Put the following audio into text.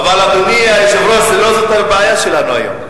אבל, אדוני היושב-ראש, לא זאת הבעיה שלנו היום.